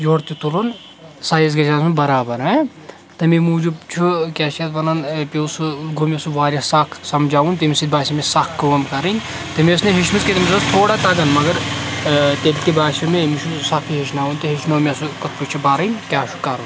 یورٕ تہِ تُلُن سایز گژھِ آسُن برابر ہاں تَمی موٗجوٗب چھُ کیاہ چھِ یتھ وَنان پیوٚ سُہ گوٚو مےٚ سُہ واریاہ سَکھ سَمجاوُن تَمہِ سۭتۍ باسیو مےٚ سَکھ کٲم کرٕنۍ تٔمۍ ٲس نہٕ ہیٚچھمٕژ کینہہ تٔمس اوس تھوڑا تگان مگر تیٚلہِ تہِ باسیو مےٚ أمِس چھُنہٕ سَکھ یہِ ہیٚچھناوُن کینہہ تہِ ہیٚچھنو مےٚ سُہ کِتھ کٲٹھۍ چھِ برٕنۍ کیاہ چھُ کرُن